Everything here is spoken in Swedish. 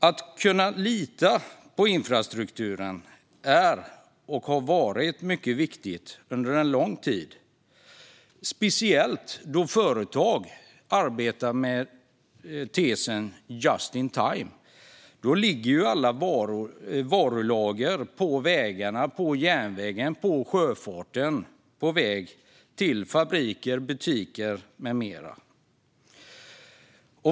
Att kunna lita på infrastrukturen är och har varit mycket viktigt under en lång tid, speciellt då företag arbetar med tesen "just in time". Då ligger alla varulager på vägarna, på järnvägarna och i sjöfarten, på väg till fabriker, butiker med mera.